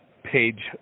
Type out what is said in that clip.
page